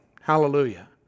Hallelujah